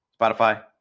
Spotify